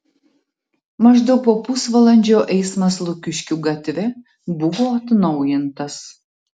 maždaug po pusvalandžio eismas lukiškių gatve buvo atnaujintas